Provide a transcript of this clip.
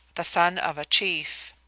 the son of a chief.